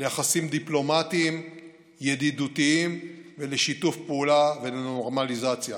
ליחסים דיפלומטיים ידידותיים ולשיתוף פעולה ולנורמליזציה.